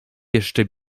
jeszcze